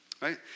right